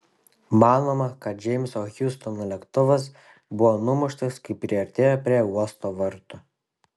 manoma kad džeimso hjustono lėktuvas buvo numuštas kai priartėjo prie uosto vartų